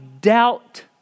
doubt